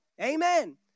Amen